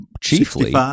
chiefly